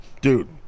Dude